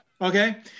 Okay